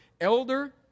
elder